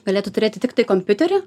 galėtų turėti tiktai kompiuterį